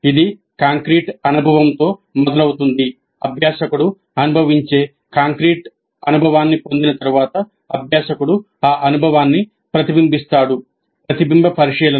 ఇది కాంక్రీట్ అనుభవంతో మొదలవుతుంది అభ్యాసకుడు అనుభవించే కాంక్రీట్ అనుభవాన్ని పొందిన తరువాత అభ్యాసకుడు ఆ అనుభవాన్ని ప్రతిబింబిస్తాడు ప్రతిబింబ పరిశీలన